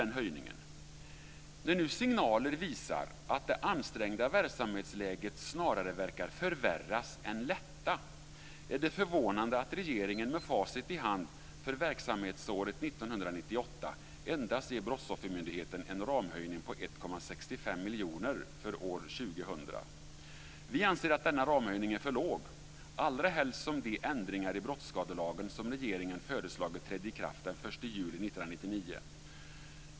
När nu signaler visar att det ansträngda verksamhetsläget snarare verkar förvärras än lätta är det förvånande att regeringen med facit i hand för verksamhetsåret 1998 endast ger Brottsoffermyndigheten en ramhöjning på 1,65 miljoner för år 2000. Vi anser att denna ramhöjning är för låg, allrahelst som de ändringar i brottsskadelagen som regeringen har föreslagit trädde i kraft den 1 juli 1999.